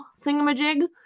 thingamajig